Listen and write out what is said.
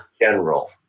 general